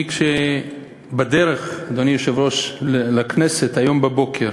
אני, אדוני היושב-ראש, היום בבוקר